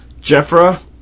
Jeffra